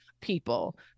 people